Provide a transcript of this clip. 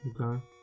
Okay